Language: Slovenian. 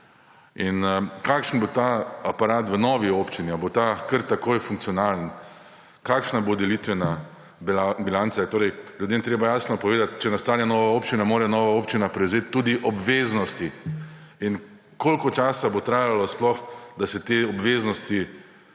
Kakšen bo ta aparat v novi občini? Ali bo ta kar takoj funkcionalen? Kakšna bo delitvena bilanca? Ljudem je treba jasno povedati, če nastane nova občina, mora nova občina prevzeti tudi obveznosti. In koliko časa bo trajalo sploh, da se te obveznosti